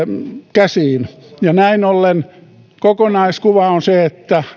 käsiin näin ollen kokonaiskuva on se että